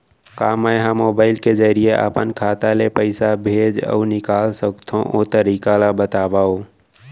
का मै ह मोबाइल के जरिए अपन खाता ले पइसा भेज अऊ निकाल सकथों, ओ तरीका ला बतावव?